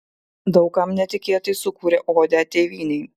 daug kam netikėtai sukūrė odę tėvynei